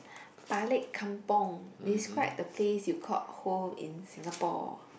balik kampung describe the place you call home in Singapore